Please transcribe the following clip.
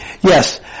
Yes